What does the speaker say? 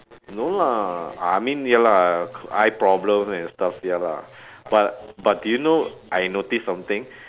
no lah I mean ya lah eye problem and stuff ya lah but but do you know I noticed something